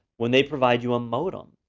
when they provide you a modem,